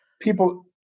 people